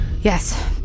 Yes